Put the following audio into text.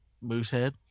Moosehead